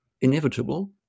inevitable